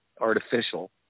artificial